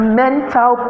mental